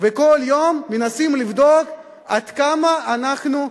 וכל יום מנסים לבדוק עד כמה אנחנו,